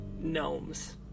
gnomes